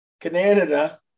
Canada